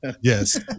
Yes